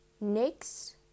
Next